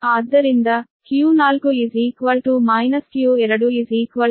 ಆದ್ದರಿಂದ q4 q2 q